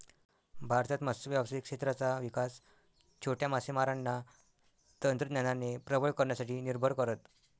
भारतात मत्स्य व्यावसायिक क्षेत्राचा विकास छोट्या मासेमारांना तंत्रज्ञानाने प्रबळ करण्यासाठी निर्भर करत